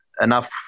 enough